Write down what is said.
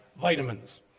vitamins